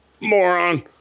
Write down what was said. Moron